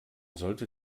sollte